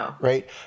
right